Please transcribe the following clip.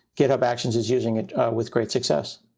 github actions is using it with great success.